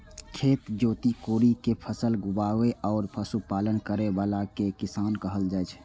खेत जोति कोड़ि कें फसल उगाबै आ पशुपालन करै बला कें किसान कहल जाइ छै